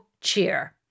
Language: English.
cheer